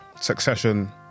Succession